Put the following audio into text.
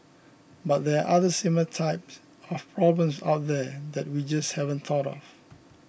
but there are other similar types of problems out there that we just haven't thought of